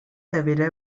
தவிர